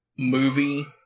Movie